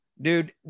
Dude